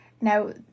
Now